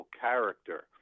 character